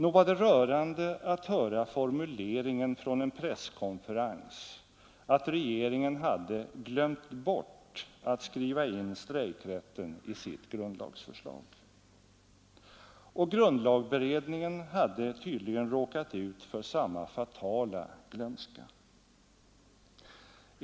Nog var det rörande att höra formuleringen från en presskonferens att regeringen hade ”glömt bort” att skriva in strejkrätten i sitt grundlagsförslag. Och grundlagberedningen hade tydligen råkat ut för samma fatala glömska.